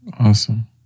Awesome